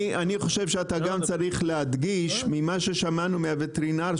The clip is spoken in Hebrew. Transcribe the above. אני חושב שאתה גם צריך להדגיש ממה ששמענו מהווטרינר,